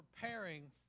Preparing